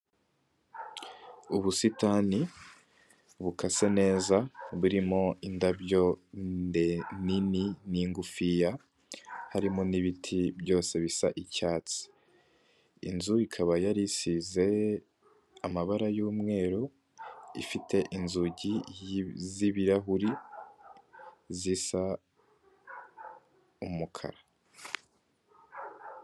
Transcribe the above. Ubusitani bukase neza burimo indabyo nde nini n'ingufiya, harimo n'ibiti byose bisa icyatsi, inzu ikaba yari isize amabara y'umweru ifite inzugi z'ibirahuri zisa umukara.